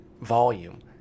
volume